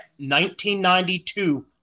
1992